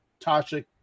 Tasha